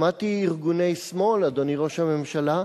שמעתי ארגוני שמאל, אדוני ראש הממשלה,